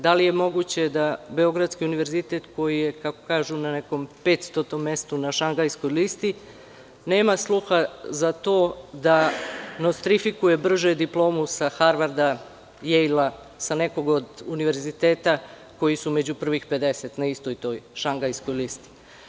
Da li je moguće da Beogradski univerzitet, koji je, kako kažu, na nekom petstotom mestu na Šangajskoj listi, nema sluha za to da nostrifikuje brže diplomu sa Harvarda, Jejla, sa nekog od univerziteta koji su među prvih pedeset na istoj toj Šangajskoj listi?